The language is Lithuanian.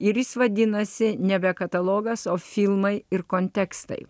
ir jis vadinasi nebe katalogas o filmai ir kontekstai